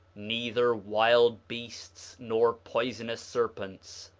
neither wild beasts nor poisonous serpents,